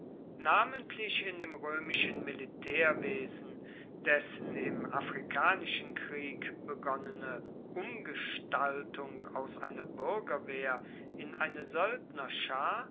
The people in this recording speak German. namentlich in dem römischen militärwesen dessen im afrikanischen krieg begonnene umgestaltung aus einer bürgerwehr in eine